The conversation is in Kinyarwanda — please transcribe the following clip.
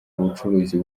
ubucuruzi